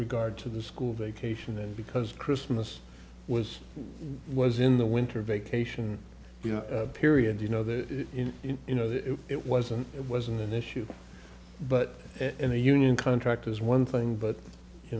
regard to the school vacation and because christmas was was in the winter vacation period you know that you know it wasn't it wasn't an issue but in a union contract is one thing but you